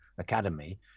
academy